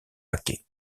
paquets